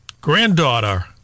granddaughter